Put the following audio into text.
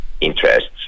interests